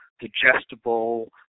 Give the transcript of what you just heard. digestible